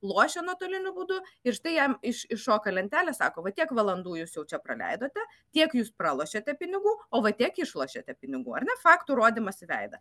lošia nuotoliniu būdu ir štai jam iš iššoka lentelė sako va tiek valandų jūs jau čia praleidote tiek jūs pralošėte pinigų o va tiek išlošėte pinigų ar ne faktų rodymas į veidą